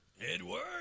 Edward